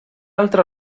altre